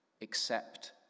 Accept